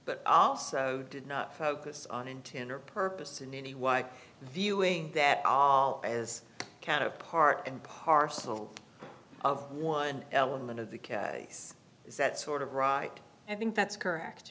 but also did not focus on intent or purpose in any way viewing that as kind of part and parcel of one element of the case is that sort of right i think that's correct